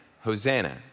Hosanna